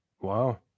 wow